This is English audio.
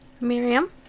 Miriam